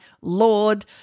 Lord